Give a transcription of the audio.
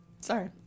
Sorry